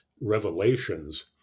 revelations